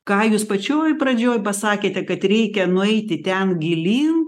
ką jūs pačioj pradžioj pasakėte kad reikia nueiti ten gilyn